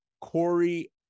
Corey